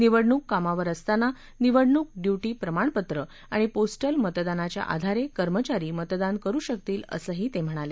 निवडणूक कामावर असताना निवडणूक ड्युटी प्रमाणपत्र आणि पोस्टल मतदानाच्या आधारे कर्मचारी मतदान करु शकतील असंही ते म्हणाले